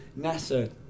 NASA